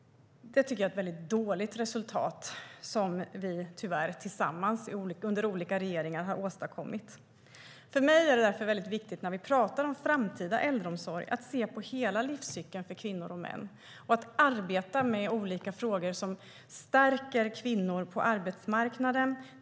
Det är ett mycket dåligt resultat som vi tillsammans, under olika regeringar, har åstadkommit. För mig är det därför viktigt att vi, när vi talar om den framtida äldreomsorgen, ser på hela livscykeln för kvinnor och män och att vi arbetar med olika frågor som stärker kvinnorna på arbetsmarknaden.